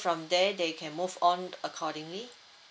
from there they can move on accordingly